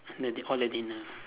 ya they all at dinner